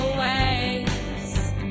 waves